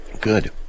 Good